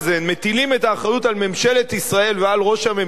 מטילים את האחריות על ממשלת ישראל ועל ראש הממשלה,